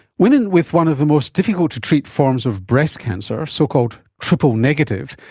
women with one of the most difficult to treat forms of breast cancer, so-called triple-negative,